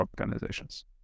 organizations